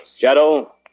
Shadow